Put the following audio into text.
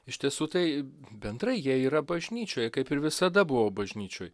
iš tiesų tai bendrai jie yra bažnyčioj kaip ir visada buvo bažnyčioj